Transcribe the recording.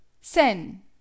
sen